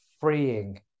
freeing